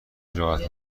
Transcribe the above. راحت